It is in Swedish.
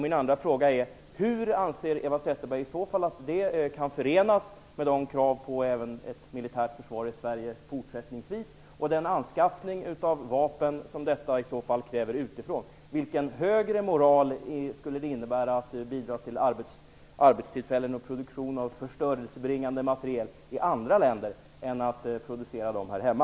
Min andra fråga är: Hur anser Eva Zetterberg i så fall att detta kan förenas med kravet på ett militärt försvar i Sverige även fortsättningsvis och den anskaffning av vapen som detta försvar i så fall kräver utifrån? Vilken högre moral skulle det alltså innebära att bidra till arbetstillfällen och produktion av förstörelsebringande materiel i andra länder i stället för att producera dem här hemma?